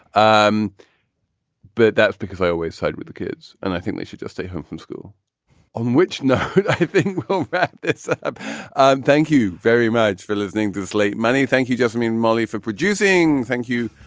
um but that's because i always side with the kids. and i think they should just stay home from school on which. no, i think it's. ah and thank you very much for listening. bruce lee, many thank you. doesn't mean molly for producing. thank you,